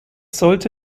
sollte